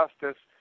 justice